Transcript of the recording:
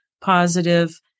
positive